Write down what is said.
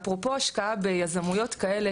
אפרופו השקעה ביזמויות כאלה,